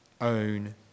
own